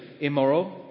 immoral